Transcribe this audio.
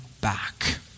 back